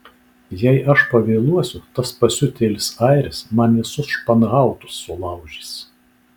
jei aš pavėluosiu tas pasiutėlis airis man visus španhautus sulaužys